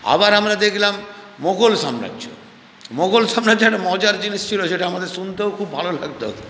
আবার আমরা দেখলাম মোগল সাম্রাজ্য মোগল সাম্রাজ্যে একটা মজার জিনিস ছিল সেটা আমাদের শুনতেও খুব ভালো লাগতো